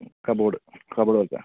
cupboard cupboard ആയിട്ടാണ്